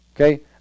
Okay